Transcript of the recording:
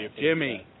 Jimmy